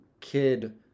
kid